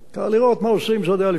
זה היה לפני שלושה-ארבעה חודשים,